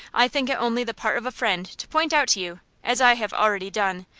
i think it only the part of a friend to point out to you, as i have already done,